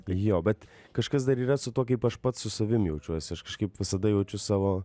jo bet kažkas dar yra su tuo kaip aš pats su savim jaučiuosi aš kažkaip visada jaučiu savo